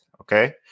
Okay